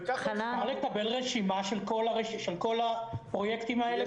וכך --- אפשר לקבל רשימה של כל הפרויקטים האלה,